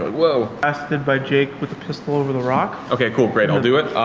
a woah! i stood by jake with a pistol over the rock. okay, cool. great. i'll do it.